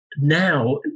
Now